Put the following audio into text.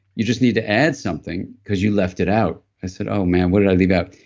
you just need to add something because you left it out. i said oh, man. what did i leave out?